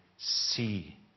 see